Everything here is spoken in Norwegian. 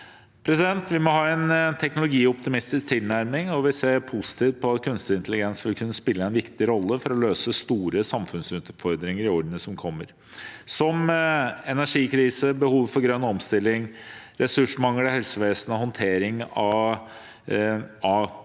Vi må ha en teknologioptimistisk tilnærming. Vi ser positivt på at kunstig intelligens vil kunne spille en viktig rolle for å løse store samfunnsutfordringer i årene som kommer, som energikrise, behovet for grønn omstilling, ressursmangel i helsevesenet og håndtering av det